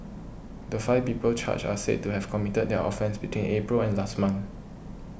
the five people charged are said to have committed their offences between April and last month